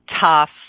tough